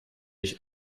ich